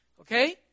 Okay